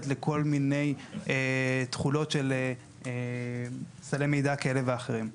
לכל מיני תחילות של סלי מידע כאלה ואחרים.